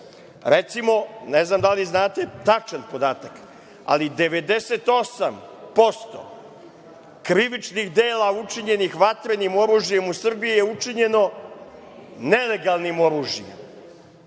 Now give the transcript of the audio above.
rekao. Recimo, ne znam, da li znate tačan podatak, ali 98% krivičnih dela učinjenih vatrenim oružjem u Srbiji je učinjeno nelegalnim oružjem,